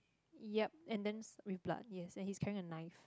yup and then s~ with blood yes and he's carrying a knife